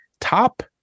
top